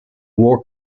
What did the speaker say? war